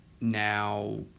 now